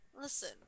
Listen